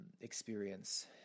experience